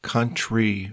Country